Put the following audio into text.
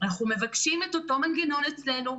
שאנחנו מבקשים את אותו מנגנון אצלנו,